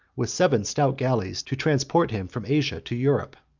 with seven stout galleys, to transport him from asia to europe.